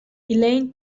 elaine